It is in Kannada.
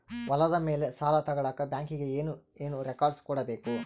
ಹೊಲದ ಮೇಲೆ ಸಾಲ ತಗಳಕ ಬ್ಯಾಂಕಿಗೆ ಏನು ಏನು ರೆಕಾರ್ಡ್ಸ್ ಕೊಡಬೇಕು?